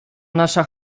nasza